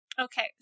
Okay